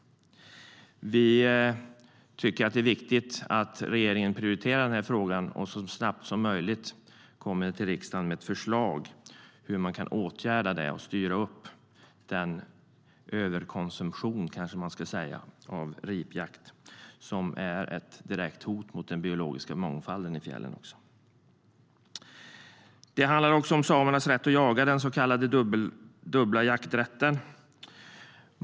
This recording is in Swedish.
Vi tycker att det är viktigt att regeringen prioriterar frågan och så snabbt som möjligt kommer till riksdagen med förslag till hur man kan åtgärda och styra upp överkonsumtionen, kanske man kan kalla det, av ripjakt, som dessutom är ett direkt hot mot den biologiska mångfalden i fjällen. Det handlar även om samernas rätt att jaga, den så kallade dubbla jakträtten.